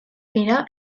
dira